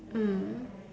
mm